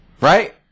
Right